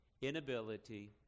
inability